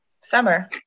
Summer